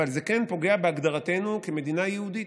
אבל זה כן פוגע בהגדרתנו כמדינה יהודית.